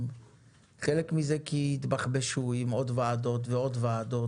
חלק מזה כי דנו בעוד ועדות ועוד ועדות